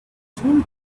flew